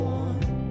one